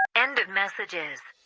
end of messages